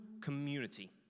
community